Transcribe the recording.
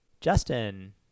Justin